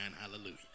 Hallelujah